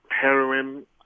Heroin